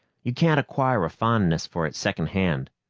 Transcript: you can't acquire a fondness for it secondhand.